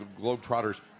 Globetrotters –